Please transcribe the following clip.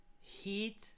Heat